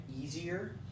easier